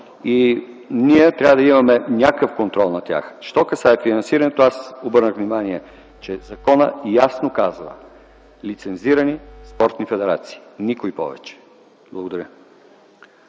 и ние трябва да имаме някакъв контрол над тях. Що се касае до финансирането, аз обърнах внимание, че законът ясно казва – лицензирани спортни федерации. Никой повече. Благодаря.